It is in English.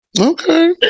Okay